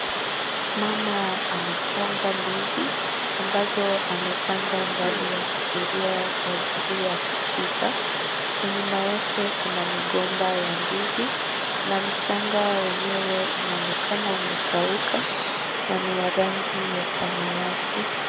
Mama anachonga ndizi ambazo amepanga ndani ya sufuria kwa ajili ya kupika. Nyuma yake kuna migomba ya ndizi na mchanga wenyewe unaonekana umekauka na ni wa rangi ya samawati.